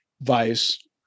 vice